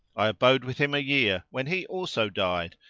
i abode with him a year when he also died,